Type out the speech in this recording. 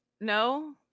no